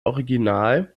original